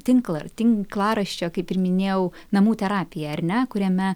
tinkla tinklaraščio kaip ir minėjau namų terapija ar ne kuriame